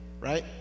right